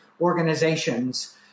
organizations